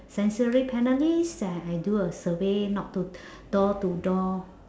sensory panelist I I do a survey knock to door to door